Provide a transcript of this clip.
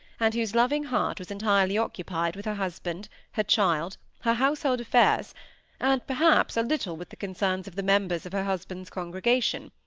and whose loving heart was entirely occupied with her husband, her child, her household affairs and, perhaps, a little with the concerns of the members of her husband's congregation,